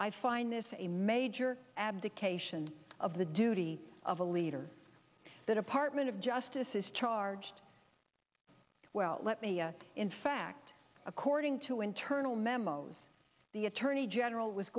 i find this a major abdication of the duty of a leader that apartment of justice is charged well let me in fact according to internal memos the attorney general was